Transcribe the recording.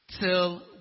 Till